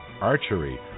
archery